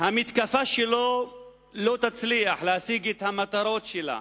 המתקפה שלו לא תצליח להשיג את המטרות שלה.